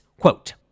quote